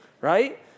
right